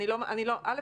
א',